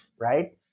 right